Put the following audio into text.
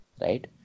right